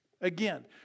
Again